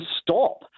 stop